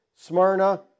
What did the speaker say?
Smyrna